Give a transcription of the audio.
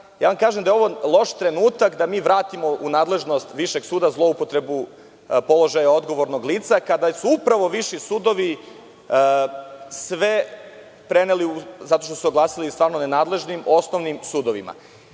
kažem vam da je ovo loš trenutak da mi vratimo u nadležnost višeg suda, zloupotrebu položaja odgovornog lica, kada su upravo viši sudovi sve preneli zato što su se oglasili zaista nenadležnim osnovnim sudovima. Naravno